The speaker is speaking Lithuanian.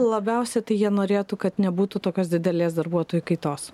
labiausiai tai jie norėtų kad nebūtų tokios didelės darbuotojų kaitos